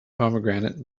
pomegranate